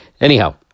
Anyhow